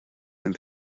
and